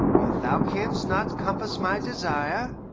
if thou canst not compass my desire,